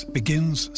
begins